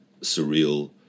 surreal